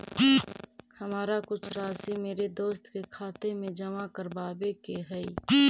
हमारा कुछ राशि मेरे दोस्त के खाते में जमा करावावे के हई